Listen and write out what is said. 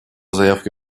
заявке